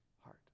heart